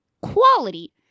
quality